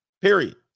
Period